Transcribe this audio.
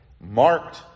marked